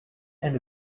and